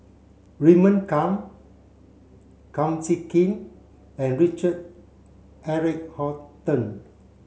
Raymond Kang Kum Chee Kin and Richard Eric Holttum